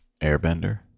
airbender